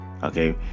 Okay